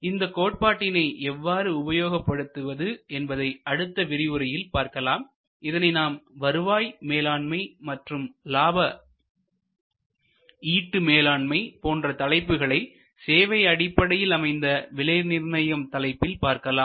இந்தக் கோட்பாட்டினை எவ்வாறு உபயோகப்படுத்துவது என்பதை அடுத்த விரிவுரையில் பார்க்கலாம்இதனை நாம் வருவாய் மேலாண்மை மற்றும் லாபம் ஈட்டி மேலாண்மை போன்ற தலைப்புகளை சேவை அடிப்படையில் அமைந்த விலை நிர்ணயம் தலைப்பில் பார்க்கலாம்